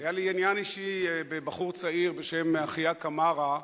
היה לי עניין אישי בבחור צעיר בשם אחיה קמארה,